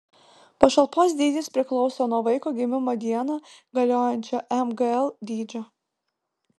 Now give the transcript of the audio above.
pašalpos dydis priklauso nuo vaiko gimimo dieną galiojančio mgl dydžio